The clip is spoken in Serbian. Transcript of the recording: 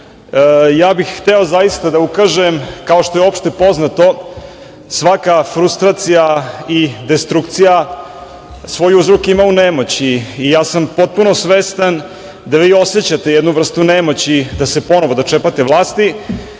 bih zaista da ukažem, kao što je opšte poznato svaka frustracija i destrukcija svoj uzrok ima u nemoći i ja sam potpuno svestan da vi osećate jednu vrstu nemoći da se ponovo dočepate vlasti.